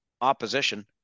opposition